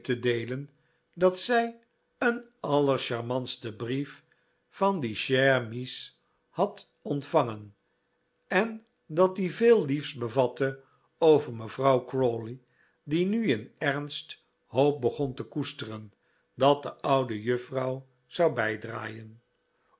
te deelen dat zij een allercharmantsten brief van die chere mies had ontvangen en dat die veel liefs bevatte over mevrouw crawley die nu in ernst hoop begon te koesteren dat de oude juffrouw zou bijdraaien